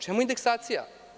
Čemu indeksacija?